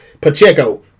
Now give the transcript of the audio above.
Pacheco